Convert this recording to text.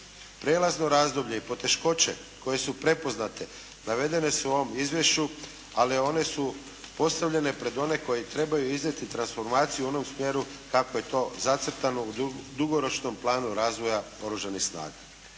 Prelazno razdoblje i poteškoće koje su prepoznate navedene su u ovom izvješću, ali one su postavljene pred one koji trebaju iznijeti transformaciju u onom smjeru kako je to zacrtano u Dugoročnom planu razvoja Oružanih snaga.